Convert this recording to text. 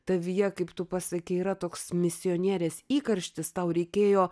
tavyje kaip tu pasakei yra toks misionierės įkarštis tau reikėjo